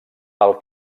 pel